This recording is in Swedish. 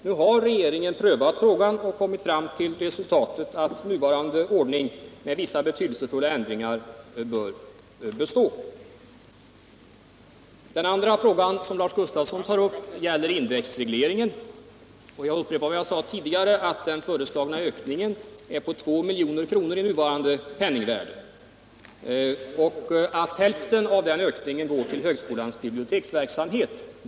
Nu har regeringen prövat frågan och kommit fram till resultatet att den nuvarande ordningen med vissa betydelsefulla ändringar bör bestå. Den andra fråga som Lars Gustafsson tar upp gäller indexregleringen, och jag upprepar vad jag tidigare sade att den föreslagna ökningen uppgår till 2 milj.kr. i nuvarande penningvärde och att hälften av den ökningen går till högskolans biblioteksverksamhet.